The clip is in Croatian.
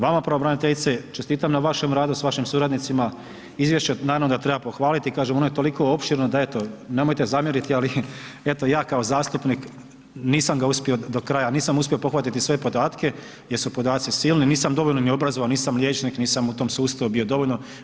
Vama pravobraniteljice čestitam na vašem radu s vašim suradnicima, izvješće naravno da treba pohvaliti, kažem, ono je toliko opširno da eto, nemojte zamjeriti, ali eto ja kao zastupnik, nisam ga uspio do kraja, nisam uspio pohvatati sve podatke jer su podaci silni, nisam dovoljno ni obrazovan, nisam liječnik, nisam u tom sustavu bio dovoljno.